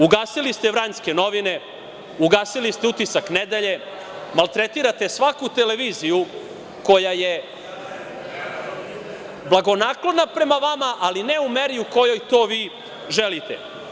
Ugasili ste „Novine Vranjske“, ugasili ste „Utisak nedelje“, maltretirate svaku televiziju koja je blagonaklona prema vama, ali ne u meri u kojoj to vi želite.